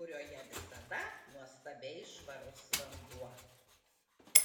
kurioje visada nuostabiai švarus vanduo